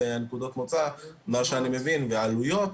והעלויות,